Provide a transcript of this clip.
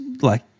like-